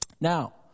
Now